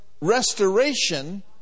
restoration